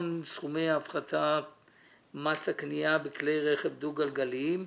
(הארכת שיטת המיסוי של רכב דו גלגלי בהתאם